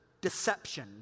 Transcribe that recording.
deception